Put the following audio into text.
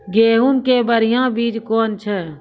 गेहूँ के बढ़िया बीज कौन छ?